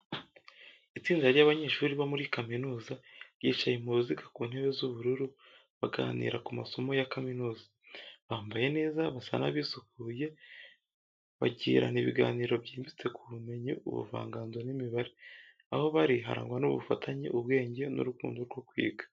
Itsinda ry’abanyeshuri bo muri kaminuza ryicaye mu ruziga ku ntebe z’ubururu, baganira ku masomo ya kaminuza. Bambaye neza, basa n’abisukuye. Bagirana ibiganiro byimbitse ku bumenyi, ubuvanganzo, n’imibare. Aho bari harangwa n’ubufatanye, ubwenge, n’urukundo rwo kwiga.